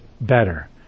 better